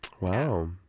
Wow